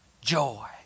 joy